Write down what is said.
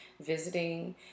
visiting